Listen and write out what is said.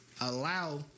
allow